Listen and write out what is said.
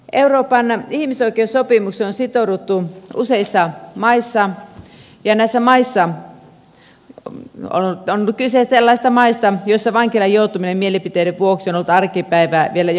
euroopan ihmisoikeussopimukseen on sitouduttu useissa maissa ja on kyse sellaisista maista joissa vankilaan joutuminen mielipiteiden vuoksi on ollut arkipäivää vielä jokunen vuosikymmen sitten